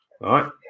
right